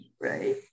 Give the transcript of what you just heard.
Right